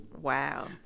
Wow